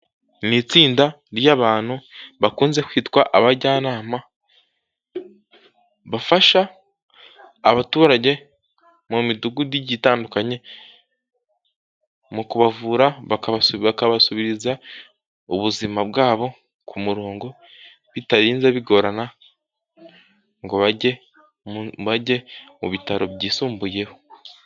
Ni itsinda ry'abantu bakunze kwitwa abajyanama bafasha abaturage mu midugudu igiye itandukanye mu kubavura bakabasubiriza ubuzima bwabo ku murongo bitarinze bigorana ngo bajye mu bajye mu bitaro byisumbuyeho.